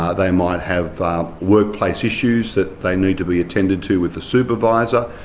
ah they might have workplace issues that they need to be attended to with the supervisor,